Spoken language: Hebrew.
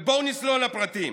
בואו נצלול לפרטים.